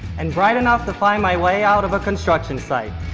and bright enough to find my way out of a construction site.